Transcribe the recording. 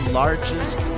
largest